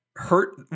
hurt